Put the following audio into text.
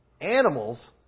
animals